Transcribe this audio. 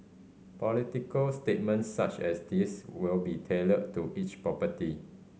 political statements such as these will be tailored to each property